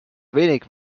wenig